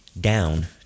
down